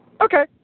okay